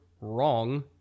wrong